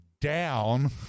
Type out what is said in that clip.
down